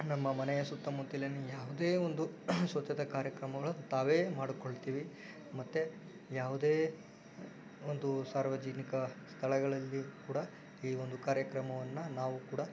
ನಮ್ಮ ಮನೆಯ ಸುತ್ತಮುತ್ತಲಿನ ಯಾವುದೇ ಒಂದು ಸ್ವಚ್ಛತೆ ಕಾರ್ಯಕ್ರಮಗಳು ನಾವೇ ಮಾಡಿಕೊಳ್ತೀವಿ ಮತ್ತೆ ಯಾವುದೇ ಒಂದು ಸಾರ್ವಜನಿಕ ಸ್ಥಳಗಳಲ್ಲಿ ಕೂಡ ಈ ಒಂದು ಕಾರ್ಯಕ್ರಮವನ್ನು ನಾವು ಕೂಡ